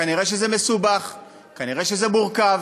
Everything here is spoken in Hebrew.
כנראה זה מסובך, כנראה זה מורכב.